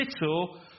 little